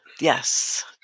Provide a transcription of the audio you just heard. Yes